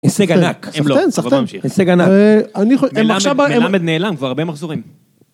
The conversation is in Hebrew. הישג ענק, סחטיין סחטיין הישג ענק אני חו- הם עכ- מלמד נעלם כבר הרבה מחזורים.